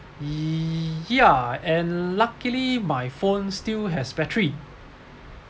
ya and luckily my phone still has battery